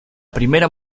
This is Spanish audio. primera